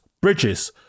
Bridges